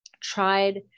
tried